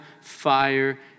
fire